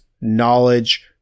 knowledge